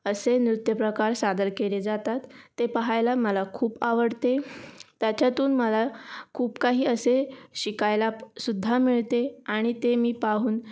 असे नृत्यप्रकार सादर केले जातात ते पहायला मला खूप आवडते त्याच्यातून मला खूप काही असे शिकायला सुद्धा मिळते आणि ते मी पाहून